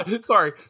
sorry